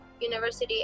University